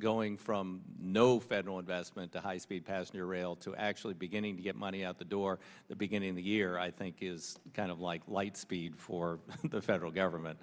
going from no federal investment to high speed passenger rail to actually beginning to get money out the door the beginning the year i think is kind of like light speed for the federal government